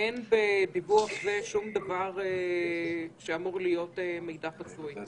אין בדיווח זה שום דבר שאמור להיות מידע חסוי,